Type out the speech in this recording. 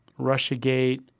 Russiagate